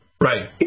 Right